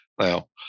now